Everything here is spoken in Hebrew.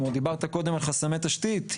דיברת קודם על חסמי תשתית,